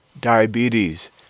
diabetes